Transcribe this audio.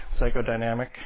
psychodynamic